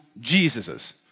Jesus's